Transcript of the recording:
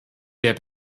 der